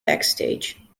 backstage